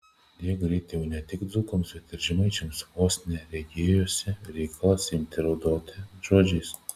deja greit jau ne tik dzūkams bet ir žemaičiams vos ne regėjosi reikalas imti raudoti žodžiais